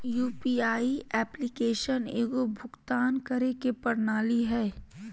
UPI application एगो भुक्तान करे के प्रणाली हइ